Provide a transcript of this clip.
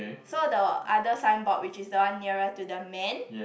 so the other signboard which is the one nearer to the man